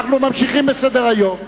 אנחנו ממשיכים בסדר-היום.